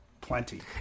plenty